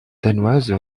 danoise